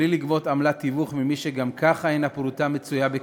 בלי לגבות עמלת תיווך ממי שגם ככה אין הפרוטה בכיסו,